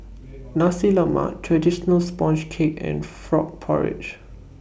Nasi Lemak Traditional Sponge Cake and Frog Porridge